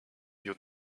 you